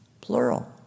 plural